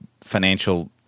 financial –